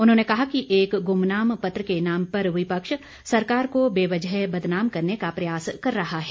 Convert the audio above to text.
उन्होंने कहा कि एक गुमनाम पत्र के नाम पर विपक्ष सरकार को बेवजह बदनाम करने का प्रयास कर रहा है